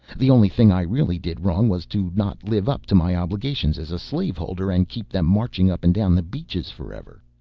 the only thing i really did wrong was to not live up to my obligations as a slave holder and keep them marching up and down the beaches forever.